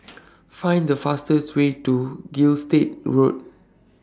Find The fastest Way to Gilstead Road